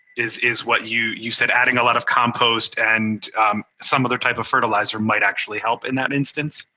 is is what you you said adding a lot of compost and some other type of fertilizer might actually help in that instance?